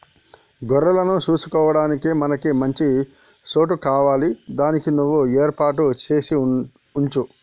గొర్రెలను సూసుకొడానికి మనకి మంచి సోటు కావాలి దానికి నువ్వు ఏర్పాటు సేసి వుంచు